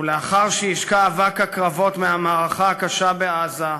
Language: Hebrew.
ולאחר שישקע אבק הקרבות מהמערכה הקשה בעזה,